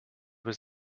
was